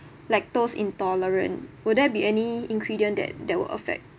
lactose intolerant will there be any ingredient that that will affect